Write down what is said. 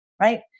right